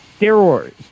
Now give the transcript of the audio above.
steroids